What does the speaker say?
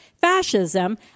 fascism